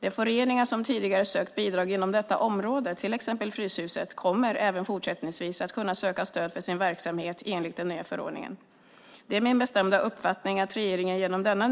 De föreningar som tidigare sökt bidrag inom detta område, till exempel Fryshuset, kommer även fortsättningsvis att kunna söka stöd för sin verksamhet enligt den nya förordningen. Det är min bestämda uppfattning att regeringen genom denna